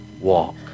walk